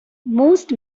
most